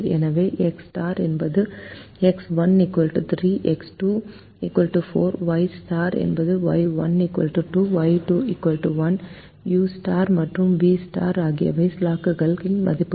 எனவே எக்ஸ் என்பது X 1 3 X 2 4 Y என்பது ஒய் 1 2 ஒய் 2 1 யு மற்றும் வி ஆகியவை ஸ்லாக்குகளின் மதிப்புகள்